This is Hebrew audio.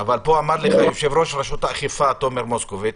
יושב-ראש רשות האכיפה תומר מוסקוביץ,